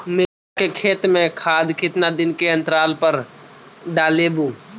मिरचा के खेत मे खाद कितना दीन के अनतराल पर डालेबु?